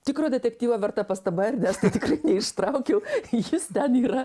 tikro detektyvo verta pastaba ernestai tikrai neištraukiau kai jis ten yra